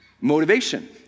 motivation